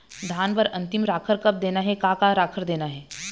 धान बर अन्तिम राखर कब देना हे, का का राखर देना हे?